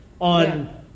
on